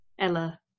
Ella